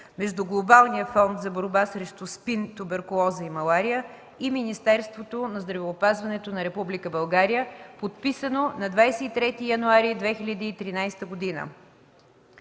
между Глобалния фонд за борба срещу СПИН, туберкулоза и малария и Министерството на здравеопазването на Република България, подписано на 23 януари 2013 г.